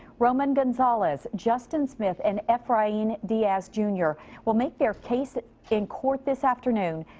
roman gonzalez, justin smith and efrain diaz, junior will make their case in court this afternoon.